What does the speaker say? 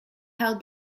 held